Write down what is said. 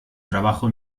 trabajo